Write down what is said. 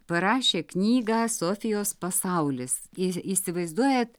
parašė knygą sofijos pasaulis ir įsivaizduojat